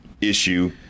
issue